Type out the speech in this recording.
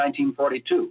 1942